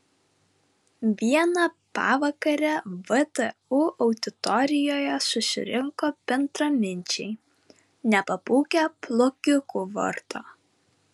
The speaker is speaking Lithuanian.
vieną pavakarę vdu auditorijoje susirinko bendraminčiai nepabūgę blogiukų vardo